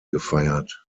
gefeiert